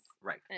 Right